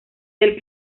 del